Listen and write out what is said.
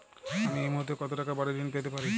আমি এই মুহূর্তে কত টাকা বাড়ীর ঋণ পেতে পারি?